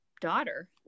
daughter